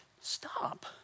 Stop